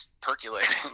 percolating